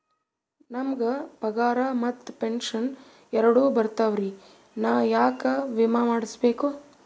ನಮ್ ಗ ಪಗಾರ ಮತ್ತ ಪೆಂಶನ್ ಎರಡೂ ಬರ್ತಾವರಿ, ನಾ ಯಾಕ ವಿಮಾ ಮಾಡಸ್ಬೇಕ?